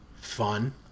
fun